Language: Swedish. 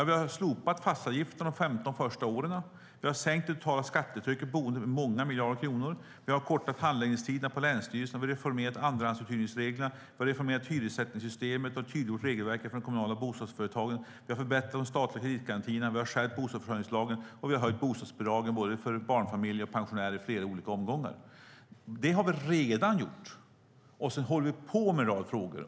Vi har slopat fastighetsavgiften de första 15 åren. Vi har sänkt det totala skattetrycket för boende med många miljarder kronor. Vi har kortat handläggningstiderna på länsstyrelserna. Vi har reformerat andrahandsuthyrningsreglerna. Vi har reformerat hyressättningssystemet och tydliggjort regelverket för de kommunala bostadsföretagen. Vi har förbättrat de statliga hyresgarantierna. Vi har skärpt bostadsförsörjningslagen. Vi har höjt bostadsbidragen både för barnfamiljer och för pensionärer i flera olika omgångar. Det har vi redan gjort. Sedan håller vi på med en rad frågor.